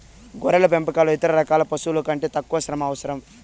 గొర్రెల పెంపకంలో ఇతర రకాల పశువుల కంటే తక్కువ శ్రమ అవసరం